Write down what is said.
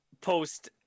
post